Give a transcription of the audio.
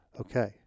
Okay